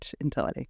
entirely